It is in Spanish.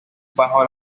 bajo